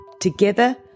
Together